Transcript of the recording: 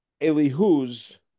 Elihu's